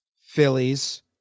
Phillies